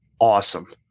awesome